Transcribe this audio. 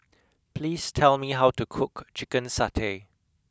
please tell me how to cook Chicken Satay